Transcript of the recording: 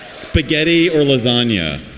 spaghetti or lasagna?